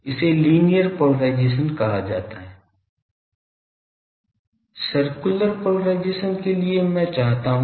इसे linear polarization कहा जाता है सर्कुलर पोलराइजेशन के लिए मैं चाहता हूं